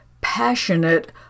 passionate